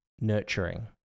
nurturing